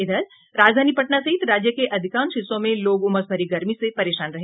इधर राजधानी पटना सहित राज्य के अधिकांश हिस्सों में लोग उमस भरी गर्मी से परेशान रहे